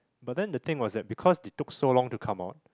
but then the thing was that because they took so long to come out